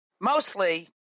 mostly